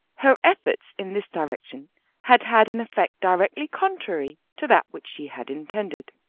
her efforts in this direction had had an effect directly contrary to that which she had intended.